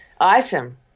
item